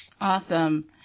Awesome